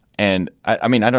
and i mean, and